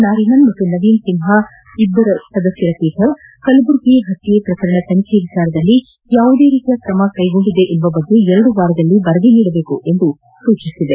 ನಾರಿಮನ್ ಮತ್ತು ನವೀನ್ ಸಿನ್ಹಾ ದ್ವಿಸದಸ್ತ ಪೀಠ ಕಲಬುರ್ಗಿ ಹತ್ತೆ ಪ್ರಕರಣ ತನಿಖಾ ವಿಚಾರದಲ್ಲಿ ಯಾವುದೇ ರೀತಿ ಕ್ರಮ ಕೈಗೊಂಡಿದೆ ಎಂಬ ಬಗ್ಗೆ ಎರಡು ವಾರಗಳಲ್ಲಿ ವರದಿ ನೀಡುವಂತೆ ತಿಳಿಸಿದೆ